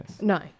No